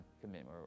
commitment